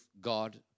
God